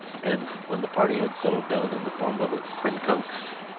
and, when the party had settled down in the form of a quincunx,